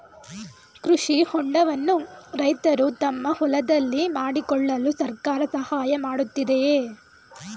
ಕೃಷಿ ಹೊಂಡವನ್ನು ರೈತರು ತಮ್ಮ ಹೊಲದಲ್ಲಿ ಮಾಡಿಕೊಳ್ಳಲು ಸರ್ಕಾರ ಸಹಾಯ ಮಾಡುತ್ತಿದೆಯೇ?